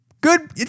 Good